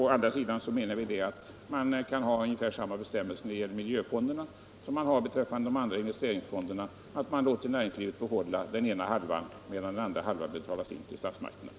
Å andra sidan menar vi att man kan ha ungefär samma bestämmelser när det gäller miljöfonderna som man har beträffande de andra investeringsfonderna — att man låter näringslivet behålla den ena halvan, medan den andra halvan betalas in till statsmakterna.